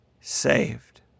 saved